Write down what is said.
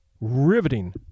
riveting